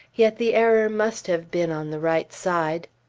yet the error must have been on the right side!